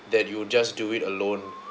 that you just do it alone